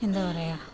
എന്താ പറയുക